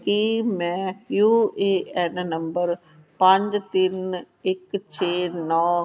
ਕੀ ਮੈਂ U A N ਨੰਬਰ ਪੰਜ ਤਿੰਨ ਇੱਕ ਛੇ ਨੌ